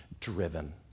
driven